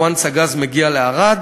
once הגז מגיע לערד,